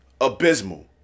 abysmal